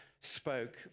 spoke